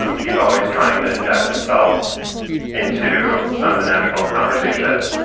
um he's always trying to inject himself into um the national conversation.